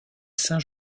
saint